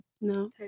No